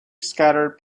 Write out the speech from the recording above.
scattered